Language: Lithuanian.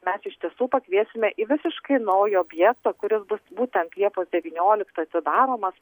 mes iš tiesų pakviesime į visiškai naują objektą kuris bus būtent liepos devynioliktą atidaromas